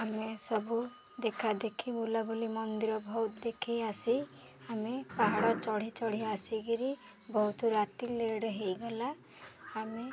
ଆମେ ସବୁ ଦେଖା ଦେଖି ବୁଲା ବୁଲି ମନ୍ଦିର ବହୁତ ଦେଖି ଆସି ଆମେ ପାହାଡ଼ ଚଢ଼ି ଚଢ଼ି ଆସିକରି ବହୁତ ରାତି ଲେଟ୍ ହେଇଗଲା ଆମେ